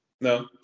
No